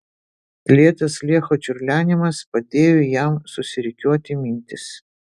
lėtas lecho čiurlenimas padėjo jam susirikiuoti mintis